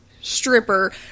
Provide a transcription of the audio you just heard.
stripper